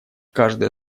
каждая